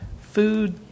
food